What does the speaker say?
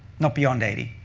not beyond eighty?